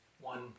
one